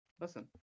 Listen